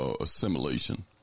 assimilation